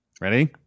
Ready